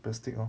plastic 咯